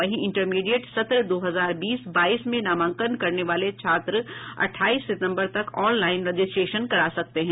वहीं इंटरमीडिएट सत्र दो हजार बीस बाईस में नामांकन करने वाले छात्र अठाईस सितम्बर तक ऑनलाईन रजिस्ट्रेशन करा सकते हैं